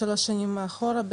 שלוש שנים אחורה,